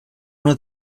una